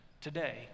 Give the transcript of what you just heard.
today